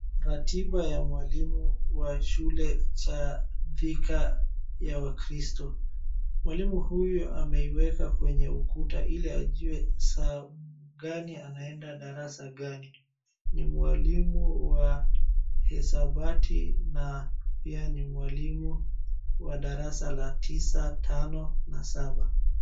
Ratiba ya mwalimu wa shule ya Thika ya wakristu. Mwalimu huyu ameiweka kwenye ukuta ili ajue saa gani anaenda darasa gani. Ni mwalimu wa hisabati na mwalimu wa darasa la tisa, tano na saba.